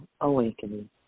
awakening